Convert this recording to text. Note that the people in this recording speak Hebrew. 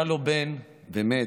היה לו בן ומת,